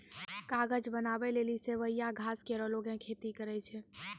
कागज बनावै लेलि सवैया घास केरो लोगें खेती करै छै